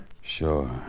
Sure